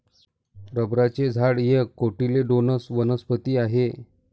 रबराचे झाड एक कोटिलेडोनस वनस्पती आहे